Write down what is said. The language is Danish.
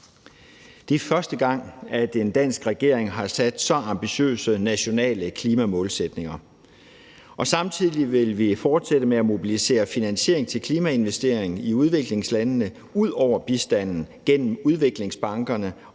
Det er første gang, at en dansk regering har sat så ambitiøse nationale klimamålsætninger, og samtidig vil vi fortsætte med at mobilisere finansiering til klimainvestering i udviklingslandene, ud over bistanden, gennem udviklingsbankerne